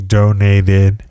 donated